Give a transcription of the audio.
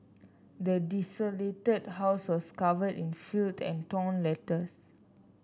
the desolated house was covered in filth and torn letters